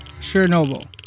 Chernobyl